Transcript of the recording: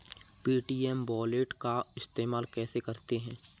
Paytm wallet का इस्तेमाल कैसे करते हैं?